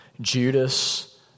Judas